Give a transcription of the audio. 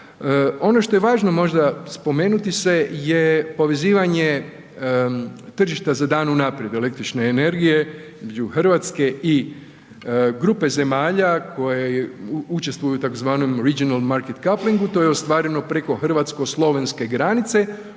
Ono što je važno možda spomenuti se je povezivanje tržišta za dan unaprijed električne energije između Hrvatske i grupe zemalja koje učestvuju u tzv. regional market couplingu, to je ostvareno preko hrvatsko-slovenske granice